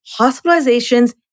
hospitalizations